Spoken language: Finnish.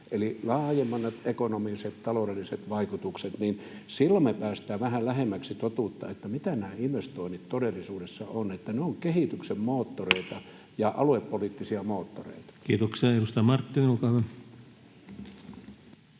eli laajemmat ekonomiset, taloudelliset vaikutukset. Silloin me päästään vähän lähemmäksi totuutta, mitä nämä investoinnit todellisuudessa ovat. Ne ovat kehityksen moottoreita ja aluepoliittisia moottoreita. Kiitoksia. — Edustaja Marttinen, olkaa hyvä.